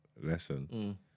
lesson